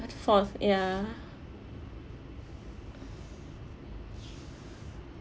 fourth ya